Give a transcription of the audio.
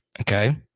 Okay